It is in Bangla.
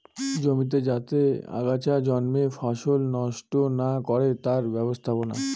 জমিতে যাতে আগাছা জন্মে ফসল নষ্ট না করে তার ব্যবস্থাপনা